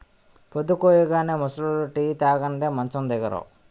పొద్దుకూయగానే ముసలోళ్లు టీ తాగనిదే మంచం దిగరు